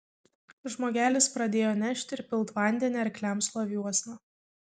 žmogelis pradėjo nešt ir pilt vandenį arkliams loviuosna